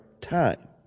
time